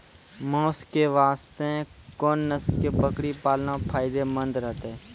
मांस के वास्ते कोंन नस्ल के बकरी पालना फायदे मंद रहतै?